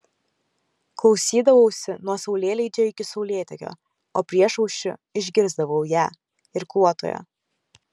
klausydavausi nuo saulėleidžio iki saulėtekio o priešaušriu išgirsdavau ją irkluotoją